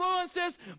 influences